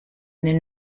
nel